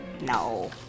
No